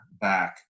back